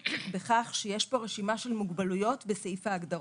בכך שיש פה רשימה של מוגבלויות בסעיף ההגדרות.